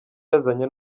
yazanye